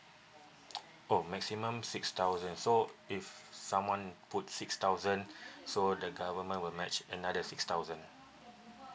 oh maximum six thousand so if someone put six thousand so the government will match another six thousand